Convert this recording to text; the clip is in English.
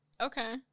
Okay